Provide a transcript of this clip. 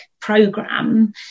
program